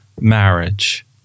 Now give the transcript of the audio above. marriage